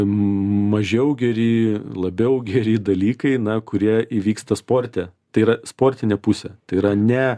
mažiau geri labiau geri dalykai na kurie įvyksta sporte tai yra sportinė pusė tai yra ne